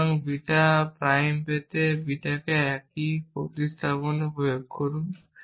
সুতরাং beta prime পেতে বিটাতে একই প্রতিস্থাপন প্রয়োগ করুন